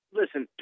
listen